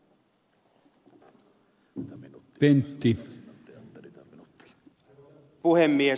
arvoisa puhemies